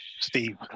Steve